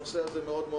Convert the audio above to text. הנושא הזה חשוב מאוד.